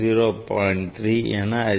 2 0